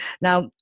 Now